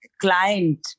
client